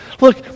Look